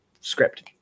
script